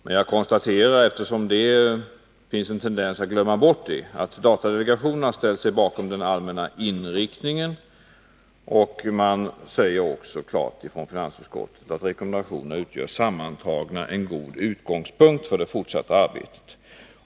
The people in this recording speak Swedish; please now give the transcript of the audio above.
Men jag konstaterar — eftersom det finns en tendens att glömma bort det — att datadelegationen har ställt sig bakom den allmänna inriktningen. Man säger också klart från finansutskottet att rekommendationerna sammantagna utgör en god utgångspunkt för det fortsatta arbetet.